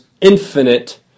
infinite